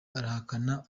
arahakana